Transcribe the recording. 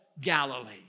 Galilee